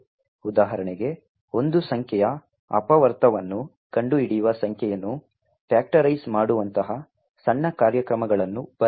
ಉದಾಹರಣೆಗೆ ಒಂದು ಸಂಖ್ಯೆಯ ಅಪವರ್ತನವನ್ನು ಕಂಡುಹಿಡಿಯುವ ಸಂಖ್ಯೆಯನ್ನು ಫ್ಯಾಕ್ಟರೈಸ್ ಮಾಡುವಂತಹ ಸಣ್ಣ ಕಾರ್ಯಕ್ರಮಗಳನ್ನು ಬರೆಯೋಣ